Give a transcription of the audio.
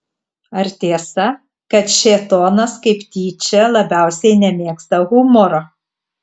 ar tiesa kad šėtonas kaip tyčia labiausiai nemėgsta humoro